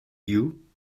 you